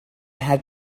had